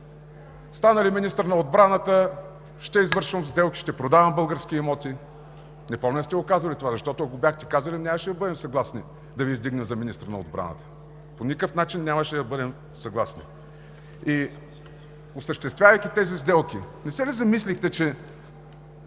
стана ли министър на отбраната, ще извършвам сделки, ще продавам български имоти. Не помня да сте казвали това, защото, ако го бяхте казали, нямаше да бъдем съгласни да Ви издигнем за министър на отбраната. По никакъв начин нямаше да бъдем съгласни. Осъществявайки тези сделки, не се ли замислихте, че